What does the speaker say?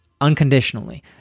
unconditionally